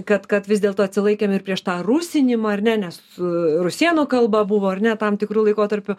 kad kad vis dėlto atsilaikėm ir prieš tą rusinimą ar ne nes rusėnų kalba buvo ar ne tam tikru laikotarpiu